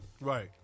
Right